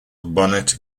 bonnet